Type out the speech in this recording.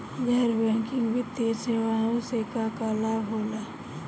गैर बैंकिंग वित्तीय सेवाएं से का का लाभ होला?